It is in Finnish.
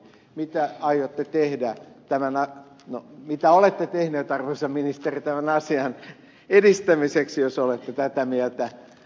mitä aiotte tehdä tämän are no mitä olette tehnyt arvoisa ministeri tämän asian edistämiseksi jos olette tätä mieltä